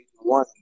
one